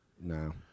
No